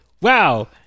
wow